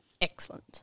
excellent